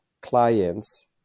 clients